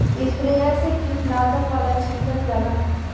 sprayer से कीटनाशक वाला छीटल जाला